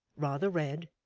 rather red,